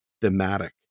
thematic